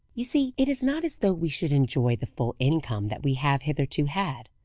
you see, it is not as though we should enjoy the full income that we have hitherto had.